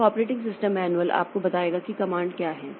तो operating system manual आपको बताएगा कि कमांड क्या हैं